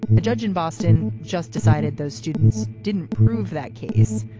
a judge in boston just decided those students didn't prove that case.